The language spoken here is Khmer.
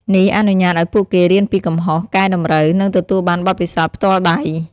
នេះអនុញ្ញាតឱ្យពួកគេរៀនពីកំហុស កែតម្រូវ និងទទួលបានបទពិសោធន៍ផ្ទាល់ដៃ។